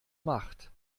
macht